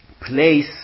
place